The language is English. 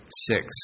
Six